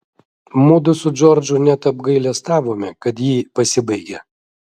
mudu su džordžu net apgailestavome kad ji pasibaigė